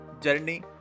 journey